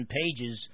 pages